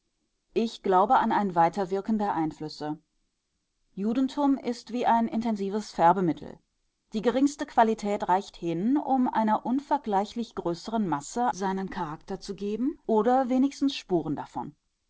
ich glaube an ein weiterwirken der einflüsse judentum ist wie ein intensives färbemittel die geringste quantität reicht hin um einer unvergleichlich größeren masse seinen charakter zu geben oder wenigstens spuren davon